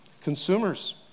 Consumers